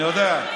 אני יודע,